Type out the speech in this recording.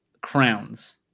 crowns